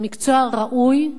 זה מקצוע ראוי,